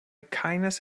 keines